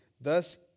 Thus